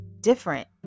different